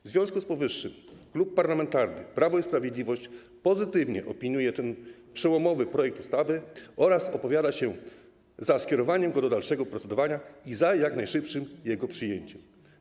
W związku z powyższym Klub Parlamentarny Prawo i Sprawiedliwość pozytywnie opiniuje ten przełomowy projekt ustawy oraz opowiada się za skierowaniem go do dalszego procedowania i za jak najszybszym jego przyjęciem.